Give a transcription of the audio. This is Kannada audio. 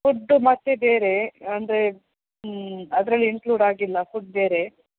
ಫುಡ್ ಮತ್ತೆ ಬೇರೆ ಅಂದರೆ ಅದರಲ್ಲಿ ಇನ್ಕ್ಲೂಡ್ ಆಗಿಲ್ಲ ಫುಡ್ ಬೇರೆ